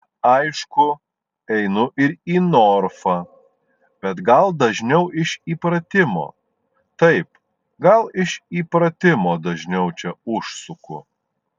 aišku einu ir į norfą bet gal dažniau iš įpratimo taip gal iš įpratimo dažniau čia užsuku